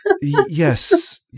Yes